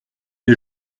des